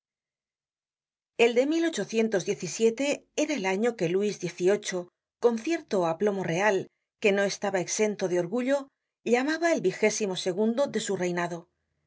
el de era el año que luis xviii con cierto aplomo real que no estaba exento de orgullo llamaba el vigésimo segundo de su reinado